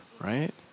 right